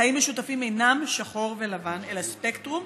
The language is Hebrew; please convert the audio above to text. חיים משותפים אינם 'שחור ולבן', אלא ספקטרום",